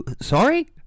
sorry